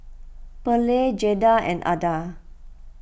Pearley Jaeda and Adah